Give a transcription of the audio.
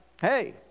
Hey